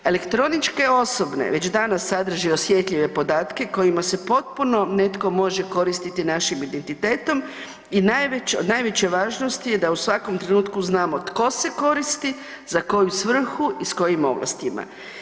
Elektroničke osobne već danas sadrže osjetljive podatke kojima se potpuno netko može koristiti našim identitetom i najveća važnost je da u svakom trenutku znamo tko se koristi, za koju svrhu i s kojim ovlastima.